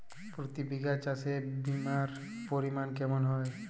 প্রতি বিঘা চাষে বিমার পরিমান কেমন হয়?